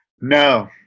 No